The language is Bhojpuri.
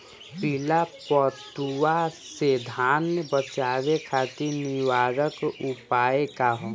पीला रतुआ से धान बचावे खातिर निवारक उपाय का ह?